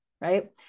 right